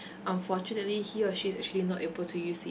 unfortunately he or she is actually not able to use it